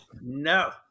No